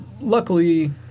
luckily